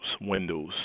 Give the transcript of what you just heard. Windows